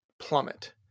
plummet